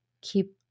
keep